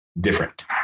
different